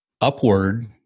upward